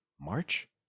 march